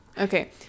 Okay